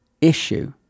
issue